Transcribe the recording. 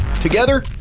Together